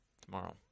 Tomorrow